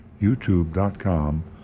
YouTube.com